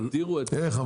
יגדירו --- איך?